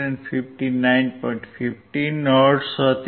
15 hertz હતી